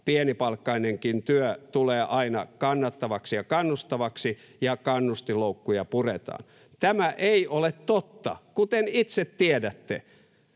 pienipalkkainenkin työ tulee aina kannattavaksi ja kannustavaksi ja kannustinloukkuja puretaan. Tämä ei ole totta, kuten itse tiedätte.